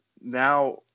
now